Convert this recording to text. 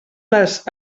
les